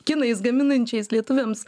kinais gaminančiais lietuviams